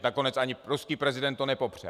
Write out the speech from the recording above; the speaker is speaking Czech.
Nakonec ani ruský prezident to nepopřel.